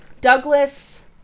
Douglas